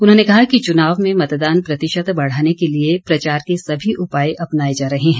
उन्होंने कहा कि चुनाव में मतदान प्रतिशत बढ़ाने के लिए प्रचार के सभी उपाय अपनाए जा रहे हैं